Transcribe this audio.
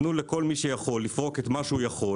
תנו לכל מי שיכול לפרוק את מה שהוא יכול.